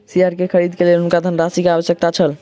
share के खरीद के लेल हुनका धनराशि के आवश्यकता छल